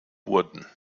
wurden